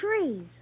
trees